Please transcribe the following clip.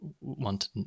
want